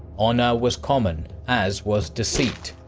honour was common, as was deceit.